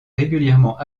régulièrement